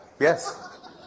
Yes